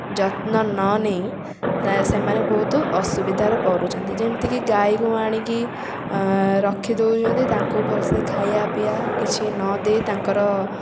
ଯତ୍ନ ନ ନେଇ ସେମାନେ ବହୁତ ଅସୁବିଧାରେ ପଡ଼ୁଛନ୍ତି ଯେମିତିକି ଗାଈକୁ ଆଣିକି ରଖି ଦେଉଛନ୍ତି ତାଙ୍କୁ ଭଲସେ ଖାଇବା ପିଇବା କିଛି ନଦେଇ ତାଙ୍କର